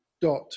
dot